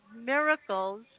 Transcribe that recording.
miracles